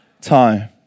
time